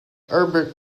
herbert